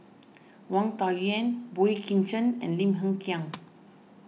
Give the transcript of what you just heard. Wang Dayuan Boey Kim Cheng and Lim Hng Kiang